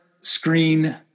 screen